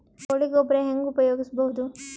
ಕೊಳಿ ಗೊಬ್ಬರ ಹೆಂಗ್ ಉಪಯೋಗಸಬಹುದು?